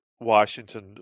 Washington